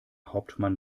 hauptmann